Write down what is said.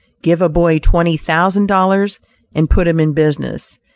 give a boy twenty thousand dollars and put him in business,